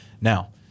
Now